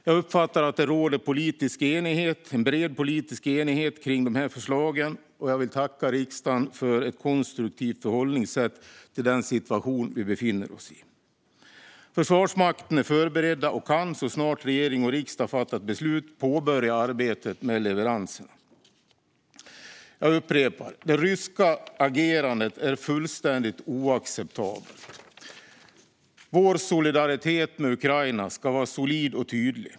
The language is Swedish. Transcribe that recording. Jag uppfattar att det råder en bred politisk enighet om förslagen. Jag vill tacka riksdagen för ett konstruktivt förhållningssätt i den situation vi befinner oss i. Försvarsmakten är förberedda och kan så snart regering och riksdag har fattat beslut påbörja arbetet med leveranserna. Jag upprepar: Det ryska agerandet är fullständigt oacceptabelt. Vår solidaritet med Ukraina ska vara solid och tydlig.